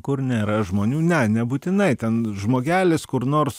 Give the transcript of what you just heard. kur nėra žmonių ne nebūtinai ten žmogelis kur nors